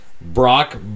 Brock